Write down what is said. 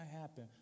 happen